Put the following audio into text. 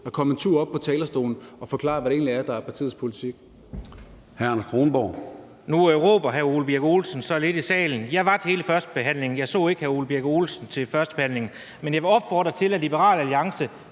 at komme en tur op på talerstolen og forklare, hvad det egentlig er, der er partiets politik.